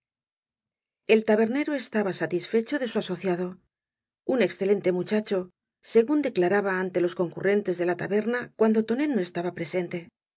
el tabernero estaba satisfecho de su asociado un excelente muchacho según declaraba ante los concurrentes de la taberna cuando tonet no estaba presente